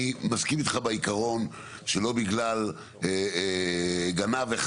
אני מסכים איתך בעיקרון שלא בגלל גנב אחד